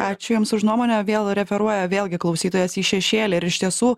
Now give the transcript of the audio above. ačiū jums už nuomonę vėl referuoja vėlgi klausytojas į šešėlį ir iš tiesų